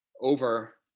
over